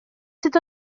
c’est